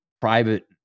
private